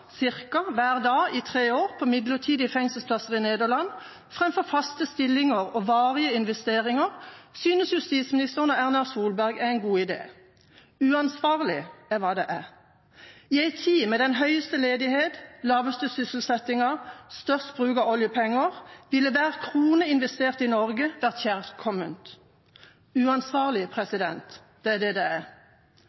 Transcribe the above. hver dag i tre år på midlertidige fengselsplasser i Nederland framfor faste stillinger og varige investeringer synes justisministeren og Erna Solberg er en god idé. Uansvarlig er hva det er. I en tid med den høyeste ledighet, laveste sysselsetting og størst bruk av oljepenger ville hver krone investert i Norge vært kjærkommen. Uansvarlig